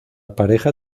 pareja